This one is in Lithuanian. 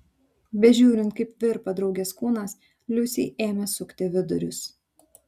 bežiūrint kaip virpa draugės kūnas liusei ėmė sukti vidurius